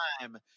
time